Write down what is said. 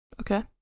okay